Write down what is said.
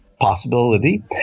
possibility